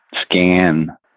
scan